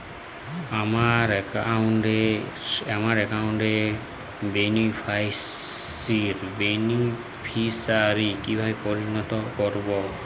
আমার অ্যাকাউন্ট র বেনিফিসিয়ারি কিভাবে পরিবর্তন করবো?